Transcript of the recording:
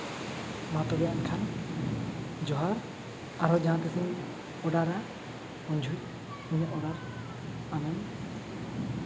ᱢᱟ ᱛᱚᱵᱮ ᱮᱱᱠᱷᱟᱱ ᱡᱚᱦᱟᱨ ᱟᱨᱦᱚᱸ ᱡᱟᱦᱟᱸ ᱛᱤᱥ ᱤᱧ ᱚᱰᱟᱨᱟ ᱩᱱ ᱡᱚᱦᱚᱜ ᱤᱧᱟᱹᱜ ᱚᱰᱟᱨ ᱟᱢᱮᱢ